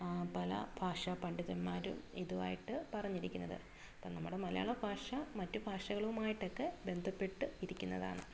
പല ഭാഷാ പണ്ഡിതന്മാരും ഇതുമായിട്ട് പറഞ്ഞിരിക്കുന്നത് അപ്പോള് നമ്മുടെ മലയാള ഭാഷ മറ്റു ഭാഷകളുമായിട്ടൊക്കെ ബന്ധപ്പെട്ട് ഇരിക്കുന്നതാണ്